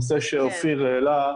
נושא שאופיר העלה,